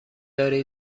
داری